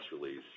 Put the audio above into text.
release